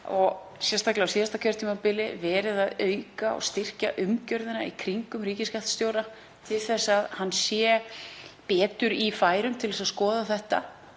og sérstaklega á síðasta kjörtímabili, verið að auka og styrkja umgjörðina í kringum ríkisskattstjóra til að hann sé betur í færum til að skoða þetta.